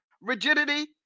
rigidity